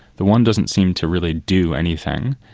the one doesn't seem to really do anything,